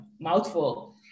mouthful